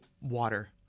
water